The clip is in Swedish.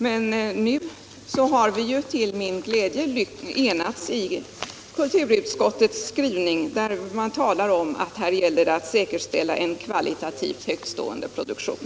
Men nu har vi till min glädje enats i kulturutskottets skrivning, där vi talar om att det gäller att säkerställa en kvalitativt högtstående produktion.